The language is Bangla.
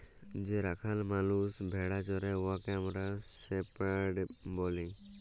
যে রাখাল মালুস ভেড়া চরাই উয়াকে আমরা শেপাড় ব্যলি